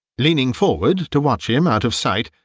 leaning forward to watch him out of sight,